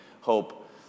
hope